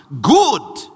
Good